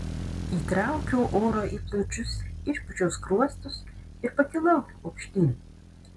įtraukiau oro į plaučius išpūčiau skruostus ir pakilau aukštyn